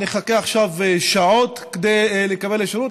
נחכה עכשיו שעות כדי לקבל שירות?